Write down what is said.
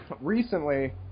recently